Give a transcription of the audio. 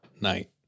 night